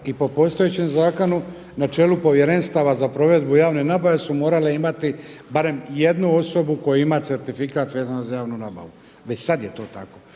i po postojećem zakonu na čelu povjerenstava za provedbu javne nabave su morale imati barem jednu osoba koja ima certifikat vezano za javnu nabavu. Već sad je to tako.